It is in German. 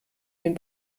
den